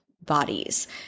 bodies